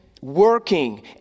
working